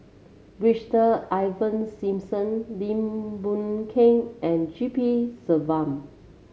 Brigadier Ivan Simson Lim Boon Keng and G P Selvam